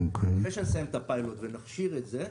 ואחרי שנסיים את הפיילוט ונכשיר את זה,